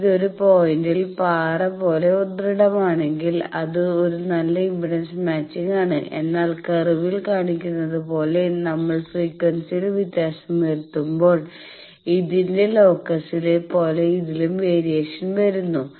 ഇത് ഒരു പോയിന്റിൽ പാറ പോലെ ദൃഢമാണെങ്കിൽ അത് ഒരു നല്ല ഇംപെഡൻസ് മാച്ചിങ് ആണ് എന്നാൽ കർവിൽ കാണിക്കുന്നത് നമ്മൾ ഫ്രീക്വൻസിയിൽ വ്യത്യാസം വരുത്തുമ്പോൾ ഇതിന്റെ ലോക്കസിലെ പോലെ ഇതിലും വേരിയേഷൻ വരുന്നു